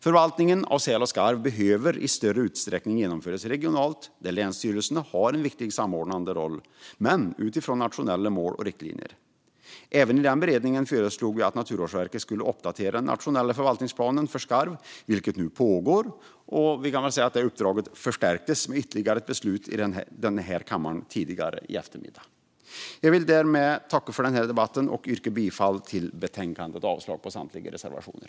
Förvaltningen av säl och skarv behöver i större utsträckning genomföras regionalt, där länsstyrelserna har en viktig samordnande roll, men utifrån nationella mål och riktlinjer. Även i denna beredning föreslog vi att Naturvårdsverket skulle uppdatera den nationella förvaltningsplanen för skarv, vilket nu pågår, och vi kan säga att detta uppdrag förstärktes med ytterligare ett beslut i denna kammare tidigare i eftermiddag. Jag yrkar bifall till utskottets förslag i betänkandet och avslag på samtliga reservationer.